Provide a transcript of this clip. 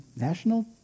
National